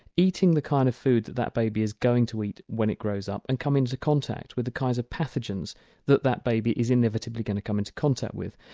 eating the kind of food that that baby is going to eat when it grows up and come into contact with the kinds of pathogens that that baby is inevitably going to come into contact with.